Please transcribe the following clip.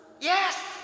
Yes